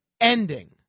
ending